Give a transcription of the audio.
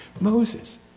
Moses